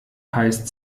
heißt